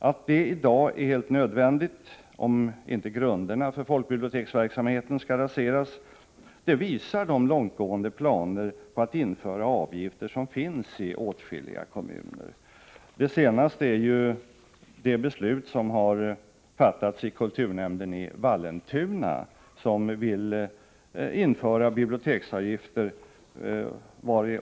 Att detta i dag är helt nödvändigt, om inte grunderna för folkbiblioteksverksamheten skall raseras, visar de långtgående planer som finns i en del kommuner på att införa avgifter. Det senaste exemplet är det beslut som har fattats i kulturnämnden i Vallentuna, där man vill införa biblioteksavgifter.